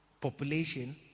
population